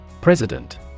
President